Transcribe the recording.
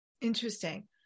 Interesting